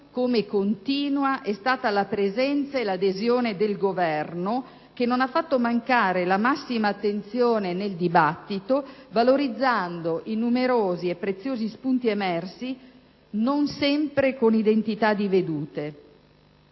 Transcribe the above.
come continua è stata la presenza e l'adesione del Governo che non ha fatto mancare la massima attenzione nel dibattito, valorizzando i numerosi e preziosi spunti emersi, non sempre con identità di vedute.